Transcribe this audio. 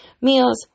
meals